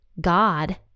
God